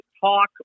talk